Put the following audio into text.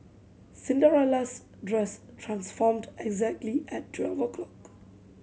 Cinderella's dress transformed exactly at twelve o'clock